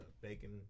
bacon